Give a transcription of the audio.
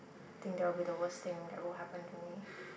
think that will be the most thing that can happen to me